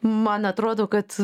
man atrodo kad